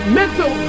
mental